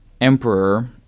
emperor